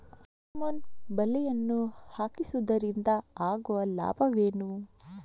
Pheromone ಬಲೆಯನ್ನು ಹಾಯಿಸುವುದರಿಂದ ಆಗುವ ಲಾಭವೇನು?